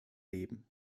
leben